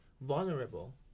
vulnerable